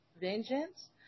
vengeance